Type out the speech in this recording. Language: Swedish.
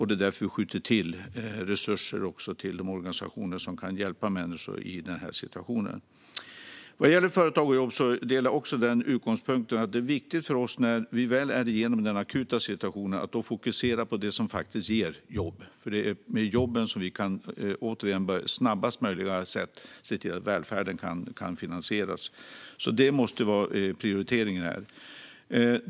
Det är därför som vi också skjuter till resurser till de organisationer som kan hjälpa människor i denna situation. När det gäller företag och jobb delar jag också utgångspunkten att det, när vi väl är igenom den akuta situationen, är viktigt för oss att fokusera på det som faktiskt ger jobb. Det är genom jobben som vi återigen på snabbast möjliga sätt kan se till att välfärden kan finansieras. Det måste vara en prioritering.